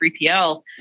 3PL